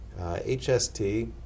HST